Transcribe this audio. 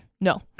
No